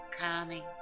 calming